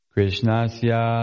Krishnasya